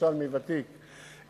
כירושלמי ותיק,